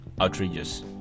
outrageous